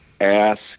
ask